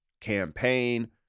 campaign